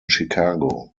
chicago